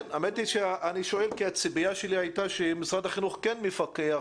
אני שואל כי הציפייה שלי הייתה שמשרד החינוך כן מפקח